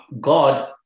God